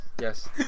Yes